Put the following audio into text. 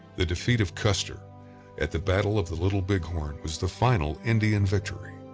the defeat of custer at the battle of the little big horn was the final indian victory.